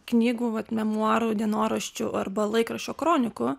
knygų vat memuarų dienoraščių arba laikraščio kronikų